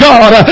God